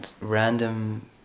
random